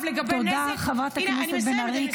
----- תודה, חברת הכנסת בן ארי.